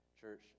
church